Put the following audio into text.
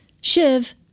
Shiv